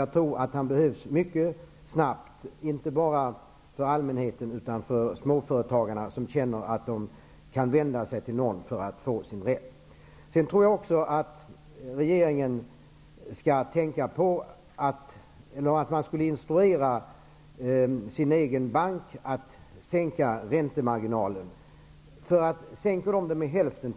Jag tror att han behövs mycket snabbt, inte bara för allmänheten utan också för småföretagarna. De skall känna att de kan vända sig till någon för att få sin rätt. Jag tror att regeringen skall instruera sin egen bank att sänka räntemarginalen. Om den banken sänker med hälften,